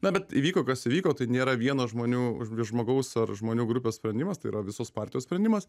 na bet įvyko kas įvyko tai nėra vieno žmonių už žmogaus ar žmonių grupės sprendimas tai yra visos partijos sprendimas